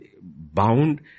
bound